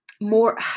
more